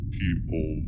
people